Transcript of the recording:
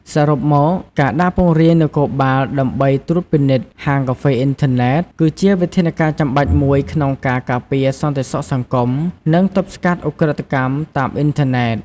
សរុបមក ការដាក់ពង្រាយនគរបាលដើម្បីត្រួតពិនិត្យហាងកាហ្វេអ៊ីនធឺណិត គឺជាវិធានការចាំបាច់មួយក្នុងការការពារសន្តិសុខសង្គម និងទប់ស្កាត់ឧក្រិដ្ឋកម្មតាមអ៊ីនធឺណិត។